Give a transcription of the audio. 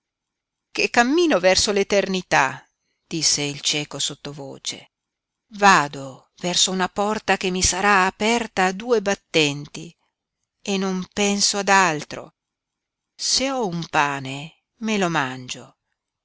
che cammino verso l'eternità disse il cieco sottovoce vado verso una porta che mi sarà aperta a due battenti e non penso ad altro se ho un pane me lo mangio